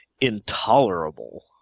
intolerable